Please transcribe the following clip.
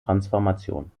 transformation